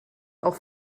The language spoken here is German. auch